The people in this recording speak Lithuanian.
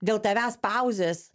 dėl tavęs pauzės